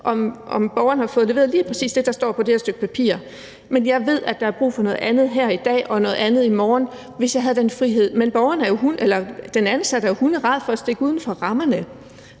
om borgeren har fået leveret lige præcis det, der står på det her stykke papir. Men jeg ved, at der er brug noget andet her i dag og noget andet i morgen, så hvis jeg bare havde den frihed. Men den ansatte er jo hunderæd for at stikke uden for rammerne,